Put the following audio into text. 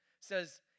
says